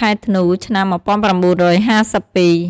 ខែធ្នូ ឆ្នាំ១៩៥២។